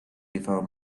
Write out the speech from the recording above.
before